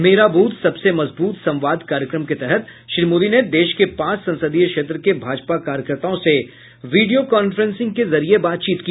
मेरा बूथ सबसे मजबूत संवाद कार्यक्रम के तहत श्री मोदी ने देश के पांच संसदीय क्षेत्र के भाजपा कार्यकर्ताओं से विडियो कांफ्रेंसिंग के जरिये बातचीत की